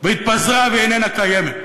והתפזרה ואיננה קיימת.